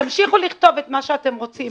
תמשיכו לכתוב את מה שאתם רוצים.